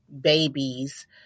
babies